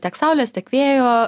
tiek saulės tiek vėjo